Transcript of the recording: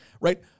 right